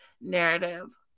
narrative